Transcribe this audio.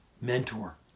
mentor